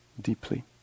deeply